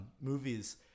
movies